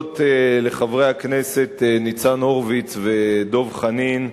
להודות לחברי הכנסת ניצן הורוביץ ודב חנין,